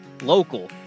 local